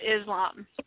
Islam